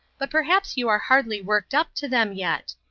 but perhaps you are hardly worked up to them yet.